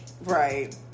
right